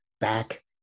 back